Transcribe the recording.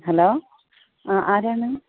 hello ആ ആരാണ്